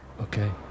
okay